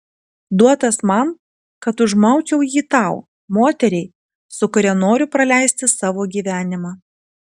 duotas man kad užmaučiau jį tau moteriai su kuria noriu praleisti savo gyvenimą